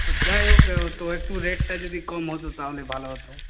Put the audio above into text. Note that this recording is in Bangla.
তো যাই হোক তো একটু রেটটা যদি কম হতো তাহলে ভালো হতো